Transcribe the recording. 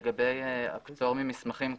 לגבי הפטור ממסמכים.